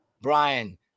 Brian